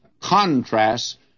contrast